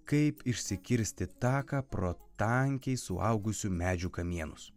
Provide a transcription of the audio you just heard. kaip išsikirsti taką pro tankiai suaugusių medžių kamienus